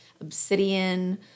obsidian